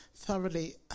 thoroughly